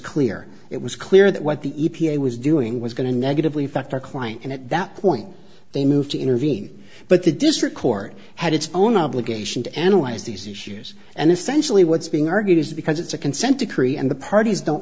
clear it was clear that what the e p a was doing was going to negatively affect our client and at that point they moved to intervene but the district court had its own obligation to analyze these issues and essentially what's being argued is because it's a consent decree and the parties don't